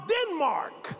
Denmark